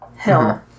hill